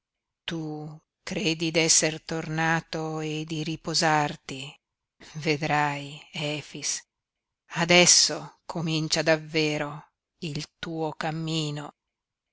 tu credi d'essere tornato e di riposarti vedrai efix adesso comincia davvero il tuo cammino